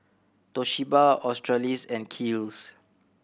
Toshiba Australis and Kiehl's